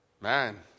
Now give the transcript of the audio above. man